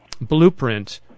blueprint